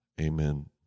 Amen